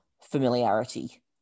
familiarity